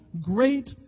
great